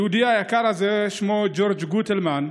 היהודי היקר הזה שמו ג'ורג' גוטלמן,